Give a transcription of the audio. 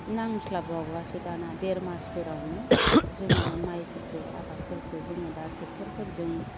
नांस्लाबबावआसो दाना देर मासफोरावनो जोङो माइफोरखो आबादफोरखो जोङो दा ट्रेक्टरफोरजों